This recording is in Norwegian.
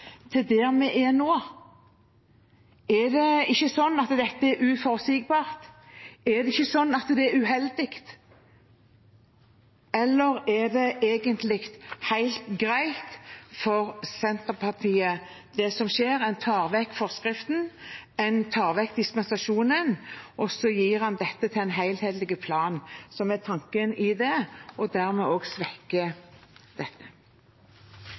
vi er nå. Er det ikke sånn at dette er uforutsigbart? Er det ikke sånn at det er uheldig? Eller er det egentlig helt greit for Senterpartiet, det som skjer? En tar vekk forskriften, en tar vekk dispensasjonen, og så gir en dette til en helhetlig plan, som er tanken, og dermed svekker man også dette.